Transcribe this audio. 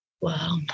Wow